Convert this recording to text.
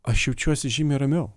aš jaučiuosi žymiai ramiau